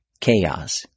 chaos